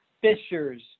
fishers